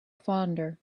fonder